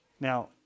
Now